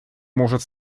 может